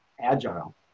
Agile